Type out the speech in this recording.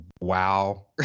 wow